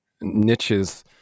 niches